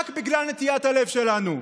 רק בגלל נטיית הלב שלנו.